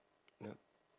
yup